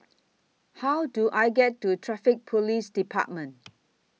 How Do I get to Traffic Police department